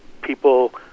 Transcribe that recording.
people